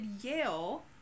Yale